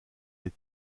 les